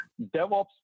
DevOps